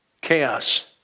chaos